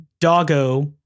doggo